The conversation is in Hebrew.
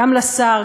גם לשר,